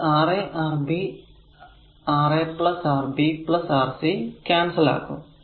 അത് Ra Rb Ra Rb Rc cancel ആകും